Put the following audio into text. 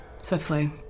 swiftly